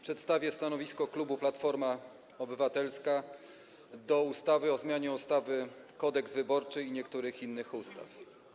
Przedstawię stanowisko klubu Platforma Obywatelska wobec ustawy o zmianie ustawy Kodeks wyborczy oraz niektórych innych ustaw.